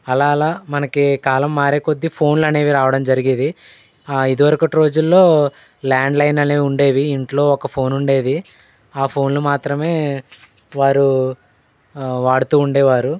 అలా అలా మనకి కాలం మారేకొద్దీ ఫోన్లు అనేవి రావడం జరిగేది ఇదివరకటి రోజుల్లో ల్యాండ్లైన్ అనేవి ఉండేవి ఇంట్లో ఒక ఫోన్ ఉండేది ఆ ఫోన్లు మాత్రమే వారు వాడుతూ ఉండేవారు